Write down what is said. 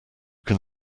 can